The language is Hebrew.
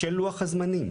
של לוח הזמנים.